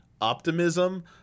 optimism